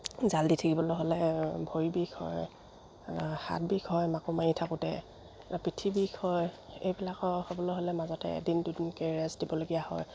জাল দি থাকিবলৈ হ'লে ভৰি বিষ হয় হাত বিষ হয় মাকো মাৰি থাকোঁতে পিঠি বিষ হয় এইবিলাকৰ হ'বলৈ হ'লে মাজতে এদিন দুদিনকৈ ৰেষ্ট দিবলগীয়া হয়